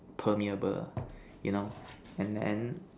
permeable you know and then